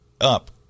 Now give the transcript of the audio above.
up